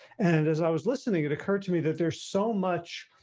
and as i was listening, it occurred to me that there's so much